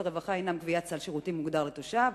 הרווחה הם: קביעת סל שירותים מוגדר לתושב,